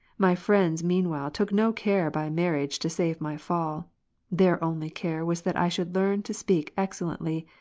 my friends mean while took no care by marriage to save my fall their only care was that i should learn to speak excellently,